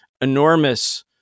enormous